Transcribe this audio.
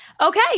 Okay